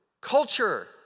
Culture